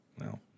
No